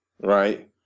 Right